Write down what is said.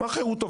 מה חירותו?